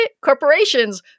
corporations